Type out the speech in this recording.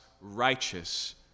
righteous